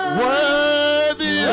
worthy